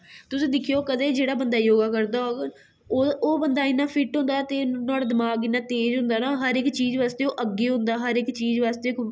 तुस दिक्खेओ कदैं जेह्ड़ा बंदा योगा करदा होग ओह् बंदा इन्ना फिट्ट होंदा ऐ ते नुआढ़ा दिमाग इन्ना तेज होंदा ना हर इक चीज बास्तै ओह् अग्गें होंदा हर इक चीज आस्तै ओह्